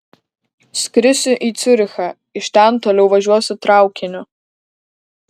skrisiu į ciurichą iš ten toliau važiuosiu traukiniu